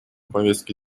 повестке